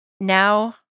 Now